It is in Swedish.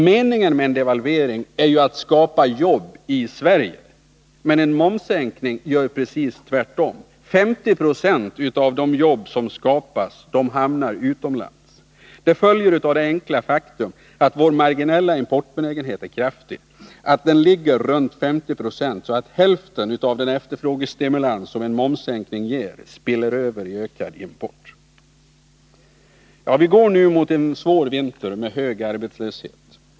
Meningen med en devalvering är ju att skapa jobb i Sverige, men en momssänkning gör precis tvärtom: 50 96 av de jobb som skapas hamnar utomlands. Det följer av det enkla faktum att vår marginella importbenägenhet är kraftig och att den ligger runt 50 76, så att häften av den efterfrågestimulans som en momssänkning ger spiller över i ökad import. Vi går nu mot en svår vinter med hög arbetslöshet.